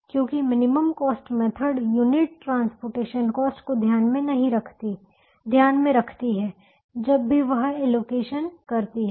क्योंकि minimum cost method unit transportation cost को ध्यान में रखती है जब भी वह एलोकेशन करती है